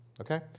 Okay